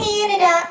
Canada